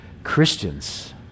Christians